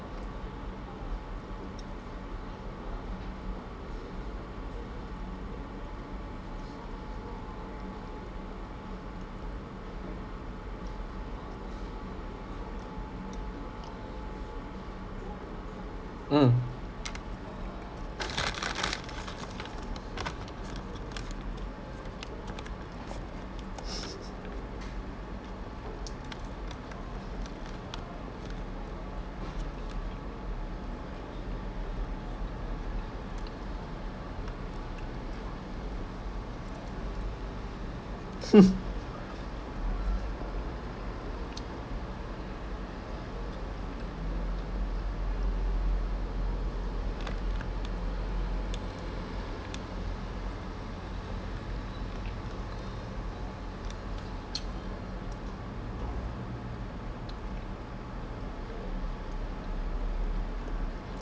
mm